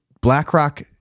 BlackRock